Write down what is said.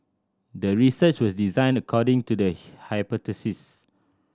the research was designed according to the hypothesis